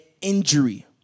injury